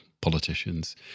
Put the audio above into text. politicians